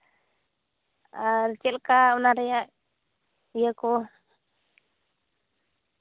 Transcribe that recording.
ᱟᱨ ᱪᱮᱫᱞᱮᱠᱟ ᱚᱱᱟ ᱨᱮᱭᱟᱜ ᱤᱭᱟᱹ ᱠᱚ